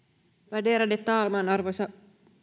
värderade talman arvoisa